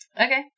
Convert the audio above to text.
Okay